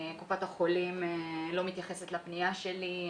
קופת החולים לא מתייחסת לפנייה שלי,